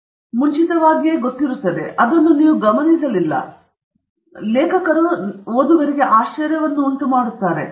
ಅದು ಮುಂಚಿತವಾಗಿಯೇ ಇದೆ ನೀವು ಅದನ್ನು ಗಮನಿಸಲಿಲ್ಲ ಮತ್ತು ಲೇಖಕರು ಆಶ್ಚರ್ಯವನ್ನು ಉಂಟುಮಾಡುತ್ತಾರೆ